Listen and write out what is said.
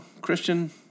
Christian